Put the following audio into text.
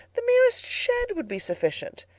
the merest shed would be sufficient.